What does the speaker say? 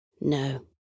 No